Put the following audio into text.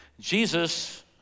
Jesus